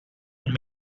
and